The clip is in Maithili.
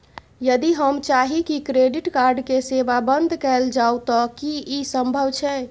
यदि हम चाही की क्रेडिट कार्ड के सेवा बंद कैल जाऊ त की इ संभव छै?